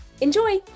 Enjoy